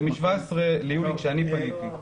זה מ-17 יוני, כשאני פניתי.